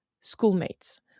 schoolmates